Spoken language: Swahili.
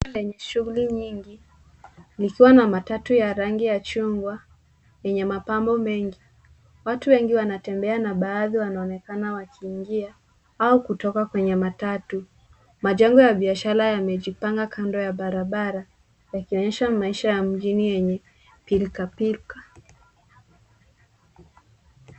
Mtaa wenye shughuli nyingi likiwa na matatu ya rangi ya chungwa yenye mapambo mengi. Watu wengi wanatembea na baadhi wanaonekana wakiingia au kutoka kwenye matatu. Majengo ya biashara yamejipanga kando ya barabara yakionyesha maisha ya mjini yenye pilkapilka.